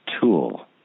tool